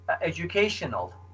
educational